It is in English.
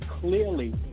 clearly